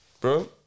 bro